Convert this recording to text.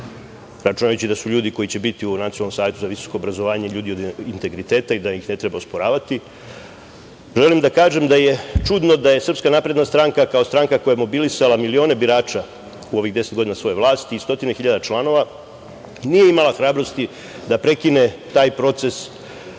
računajući da su ljudi koji će biti u Nacionalnom savetu za visoko obrazovanje ljudi od integriteta i da ih ne treba osporavati,.Želim da kažem da je čudno da je Srpska napredna stranka kao stranka koja je mobilisala milione birača u ovih deset godina svoje vlasti i stotine hiljada članova, nije imala hrabrosti da prekine taj proces